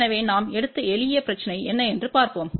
எனவே நாம் எடுத்த எளிய பிரச்சினை என்ன என்று பார்ப்போம்